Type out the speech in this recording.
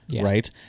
Right